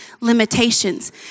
limitations